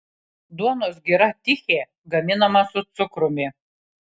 duonos gira tichė gaminama su cukrumi